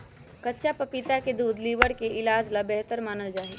कच्चा पपीता के दूध लीवर के इलाज ला बेहतर मानल जाहई